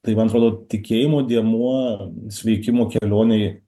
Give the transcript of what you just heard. tai man atrodo tikėjimo dėmuo sveikimo kelionėj